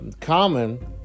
common